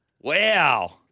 Wow